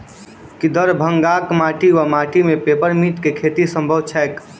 की दरभंगाक माटि वा माटि मे पेपर मिंट केँ खेती सम्भव छैक?